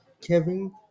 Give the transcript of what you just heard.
Kevin